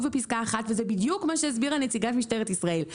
בפסקה (1) וזה בדיוק מה שהסבירה נציגת משטרת ישראל.